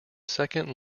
second